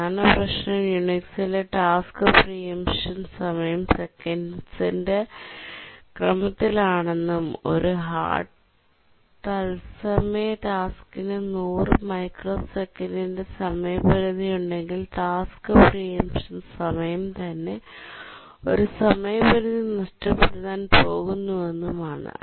പ്രധാന പ്രശ്നം യുണിക്സിലെ ടാസ്ക് പ്രീഎമ്പ്ഷൻ സമയം സെക്കൻഡ്സിന്റെ ക്രമത്തിലാണെന്നും ഒരു ഹാർഡ് തത്സമയ ടാസ്ക്കിന് 100 മൈക്രോസെക്കന്റിന്റെ സമയപരിധി ഉണ്ടെങ്കിൽ ടാസ്ക് പ്രീഎമ്പ്ഷൻ സമയം തന്നെ ഒരു സമയപരിധി നഷ്ടപ്പെടുത്താൻ പോകുന്നുവെന്നും ആണ്